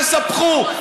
תספחו.